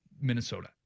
Minnesota